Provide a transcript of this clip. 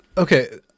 Okay